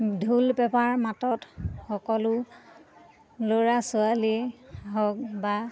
ঢোল পেঁপাৰ মাতত সকলো ল'ৰা ছোৱালী হওক বা